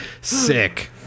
Sick